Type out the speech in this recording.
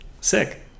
Sick